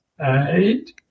eight